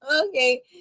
Okay